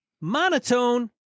monotone